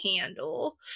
handle